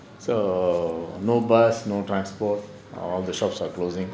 so no bus no transport all the shops are closing